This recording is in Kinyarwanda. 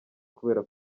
kubera